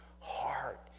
heart